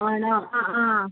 ആണോ ആ ആ